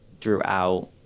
throughout